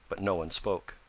but no one spoke.